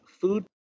Food